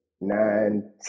nine